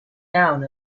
down